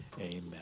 amen